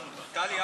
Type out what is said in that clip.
טלי,